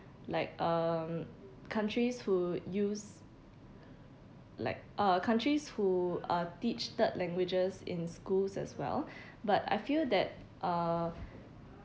like um countries who use like uh countries who uh teach third languages in schools as well but I feel that uh